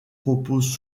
proposent